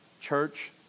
church